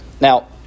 now